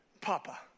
Papa